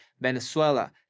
Venezuela